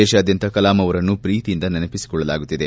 ದೇಶಾದ್ಯಂತ ಕಲಾಂ ಅವರನ್ನು ಪ್ರೀತಿಯಿಂದ ನೆನಪಿಸಿಕೊಳ್ಳಲಾಗುತ್ತಿದೆ